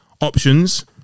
options